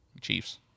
Chiefs